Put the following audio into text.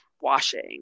washing